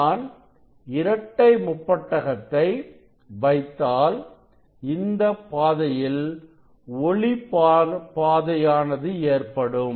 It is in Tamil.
நான் இரட்டை முப்பட்டகத்தை வைத்தாள் இந்த பாதையில் ஒளி பாதையானது ஏற்படும்